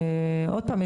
ועוד פעם,